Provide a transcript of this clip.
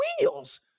wheels